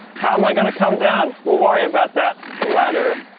how am i gonna come down? we'll worry about that ladder.